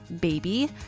baby